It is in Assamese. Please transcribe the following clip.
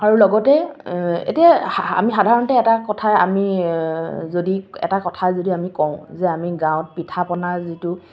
আৰু লগতে এতিয়া আমি সাধাৰণতে এটা কথাই আমি যদি এটা কথাই যদি আমি কওঁ যে আমি গাঁৱত পিঠাপনা যিটো